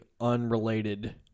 unrelated